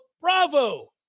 Bravo